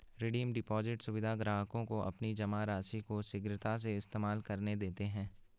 redeem deposit सुविधा ग्राहकों को अपनी जमा राशि को शीघ्रता से इस्तेमाल करने देते है